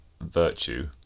Virtue